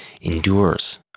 endures